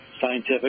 scientific